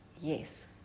Yes